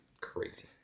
Crazy